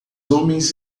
homens